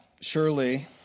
surely